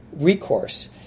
recourse